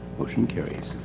motion carries.